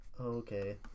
Okay